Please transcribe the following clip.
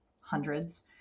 hundreds